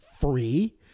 free